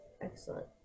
Excellent